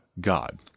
God